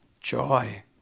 joy